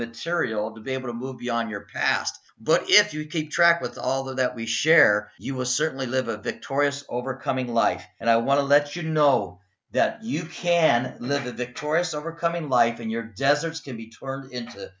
material to be able to move beyond your past but if you keep track with all that we share you will certainly live a victorious overcoming life and i want to let you know that you can live a victorious overcoming life in your deserts can be turned into